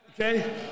Okay